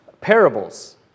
parables